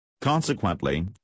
Consequently